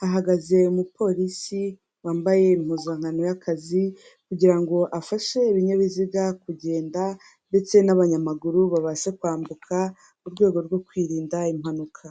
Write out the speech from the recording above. hahagaze umupolisi wambaye impuzankano y'akazi kugirango afashe ibinyabiziga kugenda, ndetse n'abanyamaguru babasha kwambuka murwego rwo kwirinda impanuka.